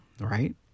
right